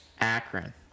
Akron